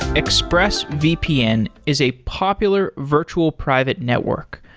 expressvpn is a popular virtual private network.